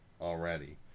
already